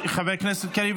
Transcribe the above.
חבר הכנסת קריב,